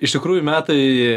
iš tikrųjų metai